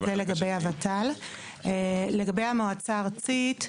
ולגבי הות"ל, לגבי המועצה הארצית,